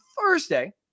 Thursday